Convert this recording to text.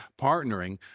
partnering